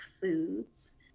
foods